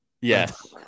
Yes